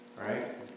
right